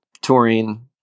touring